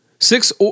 Six